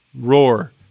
ROAR